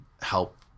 Help